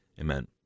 Amen